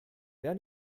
wer